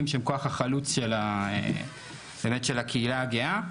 שהם כוח החלוץ באמת של הקהילה הגאה,